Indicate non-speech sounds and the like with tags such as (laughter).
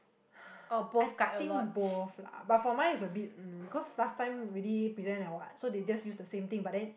(breath) I think both lah but for mine is a bit um cause last time already present liao what so they just use the same thing but then